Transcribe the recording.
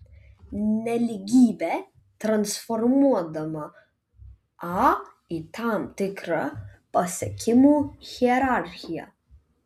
nelygybę transformuodama a į tam tikrą pasiekimų hierarchiją